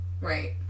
Right